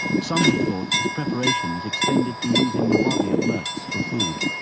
some have thought his preparations extended to using the body of mertz for food.